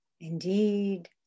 indeed